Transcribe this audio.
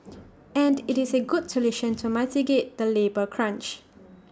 and IT is A good solution to mitigate the labour crunch